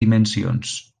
dimensions